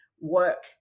work